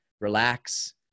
relax